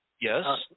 yes